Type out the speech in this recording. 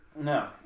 No